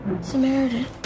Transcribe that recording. samaritan